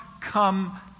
come